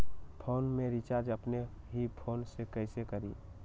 Phone में recharge अपने ही फ़ोन से कईसे करी?